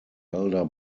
elder